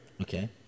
Okay